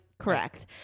correct